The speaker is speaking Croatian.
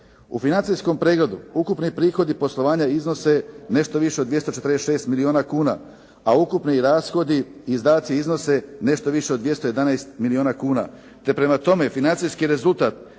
U financijskom pregledu, ukupni prihodi poslovanja iznose nešto više od 246 milijuna kuna, a ukupni rashodi i izdaci iznose nešto više od 211 milijuna kuna.